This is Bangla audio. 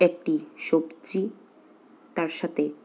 একটি সবজি তার সাথে